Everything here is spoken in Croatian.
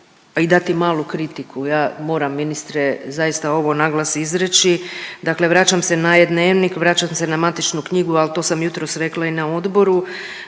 i dati malu kritiku. Ja moram ministre zaista ovo naglas izreći, dakle vraćam se na e-dnevnik, vraćam se na matičnu knjigu, al to sam jutros rekla i na odboru,